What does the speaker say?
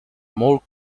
more